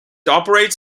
operates